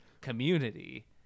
community